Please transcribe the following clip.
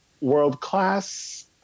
world-class